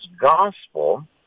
Gospel